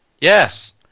Yes